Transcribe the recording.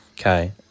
Okay